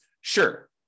Sure